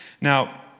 Now